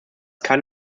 kann